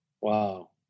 Wow